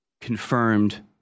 confirmed